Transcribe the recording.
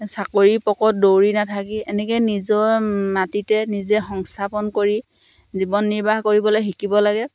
চাকৰি পকৰত দৌৰি নাথাকি এনেকৈয়ে নিজৰ মাটিতে নিজে সংস্থাপন কৰি জীৱন নিৰ্বাহ কৰিবলৈ শিকিব লাগে